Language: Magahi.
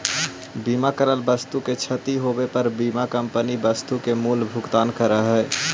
बीमा करल वस्तु के क्षती होवे पर बीमा कंपनी वस्तु के मूल्य भुगतान करऽ हई